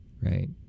Right